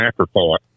afterthought